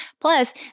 Plus